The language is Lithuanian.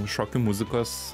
šokių muzikos